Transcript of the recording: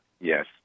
Yes